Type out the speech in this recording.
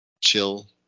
chill